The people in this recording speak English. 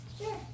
Sure